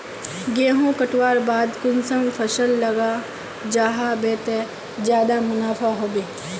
गेंहू कटवार बाद कुंसम फसल लगा जाहा बे ते ज्यादा मुनाफा होबे बे?